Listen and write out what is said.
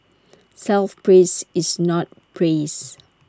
self praise is not praise